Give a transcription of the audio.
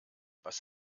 was